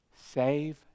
Save